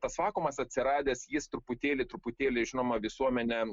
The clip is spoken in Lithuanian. tas vakuumas atsiradęs jis truputėlį truputėlį žinoma visuomenę